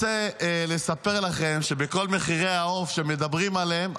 אני רוצה לספר לכם שבכל מחירי העוף שמדברים עליהם,